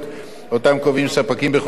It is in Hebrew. שאותן קובעים ספקים בחוזי המכר.